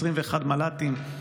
21 מל"טים,